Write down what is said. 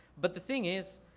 but the thing is,